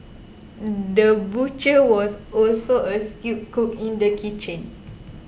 the butcher was also a skilled cook in the kitchen